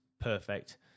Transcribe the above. Perfect